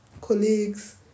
colleagues